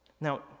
Now